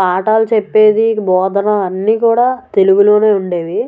పాఠాలు చెప్పేది బోధనా అన్నీ కూడా తెలుగులోనే ఉండేవి